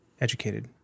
educated